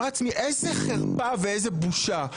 איזו חרפה ואיזו בושה.